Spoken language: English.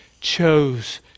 chose